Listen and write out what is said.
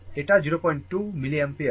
এটা 02 মিলিঅ্যাম্পিয়ার